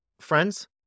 friends